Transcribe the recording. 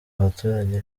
abaturage